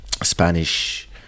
Spanish